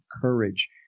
courage